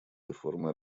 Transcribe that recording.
реформы